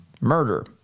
murder